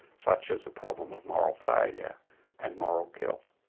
such as the problem of moral failure and moral guilt.